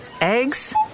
eggs